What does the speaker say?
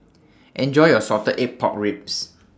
Enjoy your Salted Egg Pork Ribs